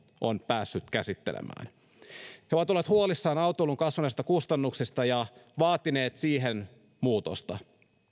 on päässyt käsittelemään he ovat olleet huolissaan autoilun kasvaneista kustannuksista ja vaatineet siihen muutosta